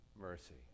mercy